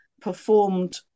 performed